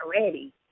already